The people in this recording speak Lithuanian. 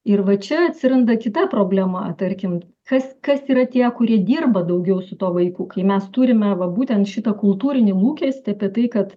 ir va čia atsiranda kita problema tarkim kas kas yra tie kurie dirba daugiau su tuo vaiku kai mes turime va būtent šitą kultūrinį lūkestį apie tai kad